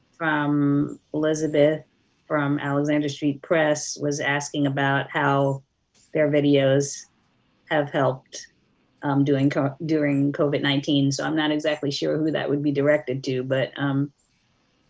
from elizabeth from alexander street press was asking about how their videos have helped um during during covid nineteen. so i'm not exactly sure who that would be directed to, but um